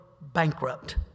bankrupt